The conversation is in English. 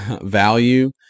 value